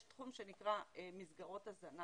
יש תחום שנקרא מסגרות הזנה